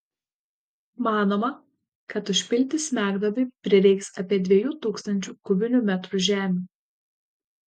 manoma kad užpilti smegduobei prireiks apie dviejų tūkstančių kubinių metrų žemių